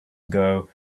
ago